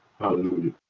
Hallelujah